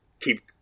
keep